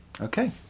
Okay